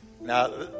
Now